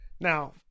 Now